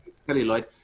celluloid